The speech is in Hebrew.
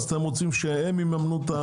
אתם רוצים שהן יממנו את ההקלדות?